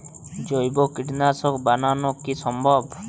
জৈব কীটনাশক বানানো কি সম্ভব?